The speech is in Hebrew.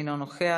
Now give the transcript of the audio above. אינו נוכח.